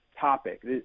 topic